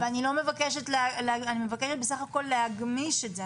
ואני מבקשת בסך הכול להגמיש את זה,